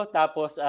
tapos